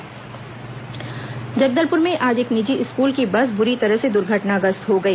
दर्घटना जगदलपुर में आज एक निजी स्कूल की बस बुरी तरह से दुर्घटनाग्रस्त हो गई